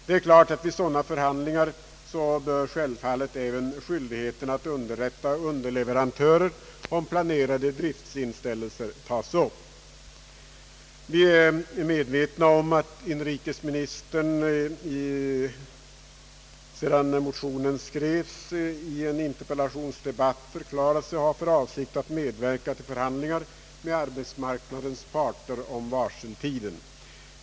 Självfallet bör vid sådana förhandlingar även skyldigheten att underrätta underleverantörer om planerade driftsinställelser tas upp. Vi är medvetna om att inrikesministern sedan motionen skrevs i en interpellationsdebatt förklarat sig ha för avsikt att medverka till förhandlingar med arbetsmarknadens parter om varseltid.